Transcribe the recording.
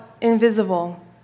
invisible